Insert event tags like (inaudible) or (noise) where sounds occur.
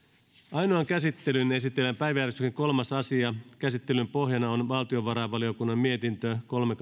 ainoaan käsittelyyn esitellään päiväjärjestyksen kolmas asia käsittelyn pohjana on valtiovarainvaliokunnan mietintö kolme (unintelligible)